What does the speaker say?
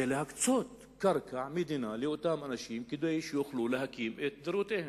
זה להקצות קרקע מדינה לאותם אנשים כדי שיוכלו להקים את דירותיהם.